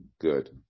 good